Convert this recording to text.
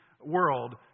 world